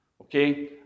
Okay